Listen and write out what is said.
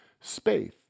space